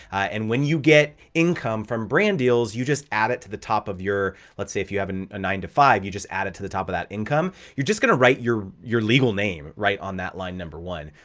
and when you get income from brand deals, you just add it to the top of your, let's say, if you have and a nine to five, you just add it to the top of that income. you're just gonna write your your legal name right on that line number one.